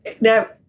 Now